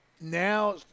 now